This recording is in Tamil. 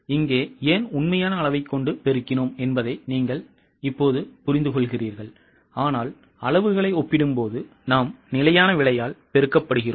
இங்கே ஏன் உண்மையான அளவைக் கொண்டு பெருக்கினோம் என்பதை இப்போது நீங்கள் புரிந்துகொள்கிறீர்கள் ஆனால் அளவுகளை ஒப்பிடும்போது நாம் நிலையான விலையால் பெருக்கப்படுகிறோம்